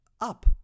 up